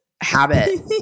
habit